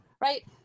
right